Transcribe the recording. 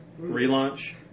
relaunch